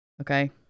Okay